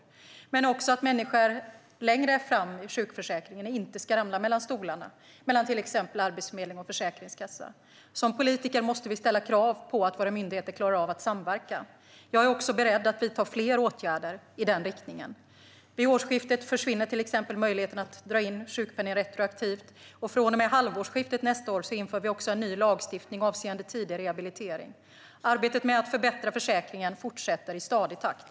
Det är också viktigt att människor längre fram i sjukförsäkringen inte ska ramla mellan stolarna, mellan till exempel Arbetsförmedlingen och Försäkringskassan. Som politiker måste vi ställa krav på att våra myndigheter klarar att samverka. Jag är beredd att vidta fler åtgärder i den riktningen. Vid årsskiftet försvinner till exempel möjligheten att dra in sjukpenning retroaktivt, och vid halvårsskiftet nästa år inför vi en ny lagstiftning avseende tidig rehabilitering. Arbetet med att förbättra försäkringen fortsätter i stadig takt.